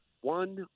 one